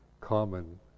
common